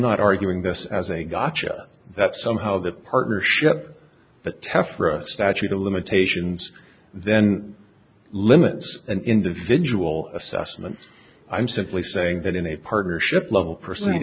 not arguing this as a gotcha that somehow the partnership the test for a statute of limitations then limits an individual assessment i'm simply saying that in a partnership level person